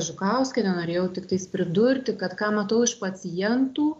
žukauskienę norėjau tiktais pridurti kad ką matau iš pacientų